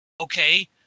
Okay